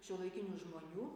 šiuolaikinių žmonių